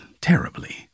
terribly